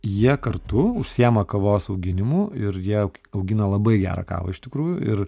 jie kartu užsiima kavos auginimu ir jie augina labai gerą kavą iš tikrųjų ir